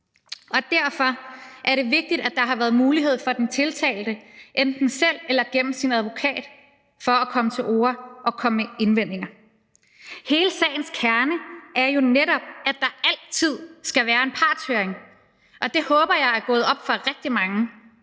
Og derfor er det vigtigt, at der har været mulighed for, at den tiltalte enten selv eller gennem sin advokat har kunnet komme til orde og komme med indvendinger. Hele sagens kerne er jo netop, at der altid skal være en partshøring, og det håber jeg er gået op for rigtig mange